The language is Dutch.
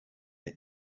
bij